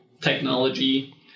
technology